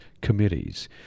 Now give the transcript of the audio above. committees